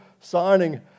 signing